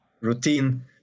routine